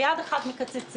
ביד שנייה מקצצים.